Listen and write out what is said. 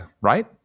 right